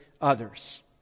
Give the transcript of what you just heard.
others